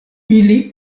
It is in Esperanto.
ili